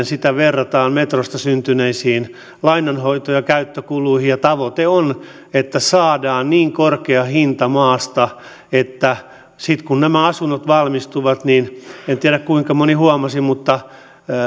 sitä verrataan metrosta syntyneisiin lainanhoito ja käyttökuluihin tavoite on että saadaan niin korkea hinta maasta että sitten kun nämä asunnot valmistuvat niin en tiedä kuinka moni huomasi mutta